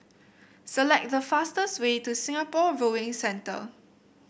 select the fastest way to Singapore Rowing Centre